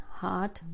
heart